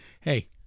Hey